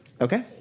Okay